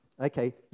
Okay